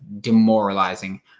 demoralizing